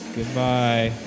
Goodbye